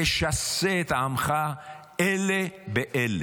תשסה את עמך אלה באלה.